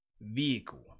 Vehicle